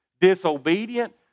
disobedient